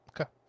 Okay